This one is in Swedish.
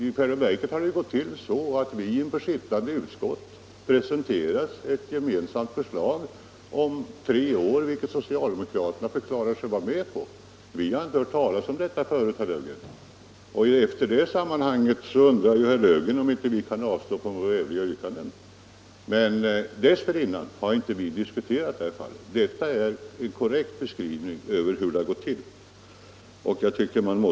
I själva verket har det ju gått till så att vi inför sittande utskott presenterats ett gemensamt förslag om en giltighetstid av tre år, vilket socialdemokraterna förklarat sig gå med på. Vi hade inte hört talas om detta förut, herr Löfgren. I det sammanhanget undrade herr Löfgren om inte vi kunde avstå från våra övriga yrkanden. Dessförinnan hade vi inte diskuterat det här fallet. Detta är en korrekt beskrivning över hur det gått till.